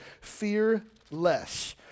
Fearless